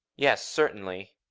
yes, certainly.